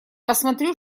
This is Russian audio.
посмотрю